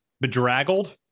bedraggled